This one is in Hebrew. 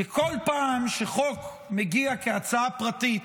כי כל פעם שחוק מגיע כהצעה פרטית